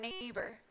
neighbor